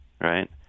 right